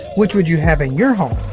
which would you have in your home?